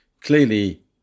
Clearly